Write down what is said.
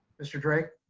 mr. drake.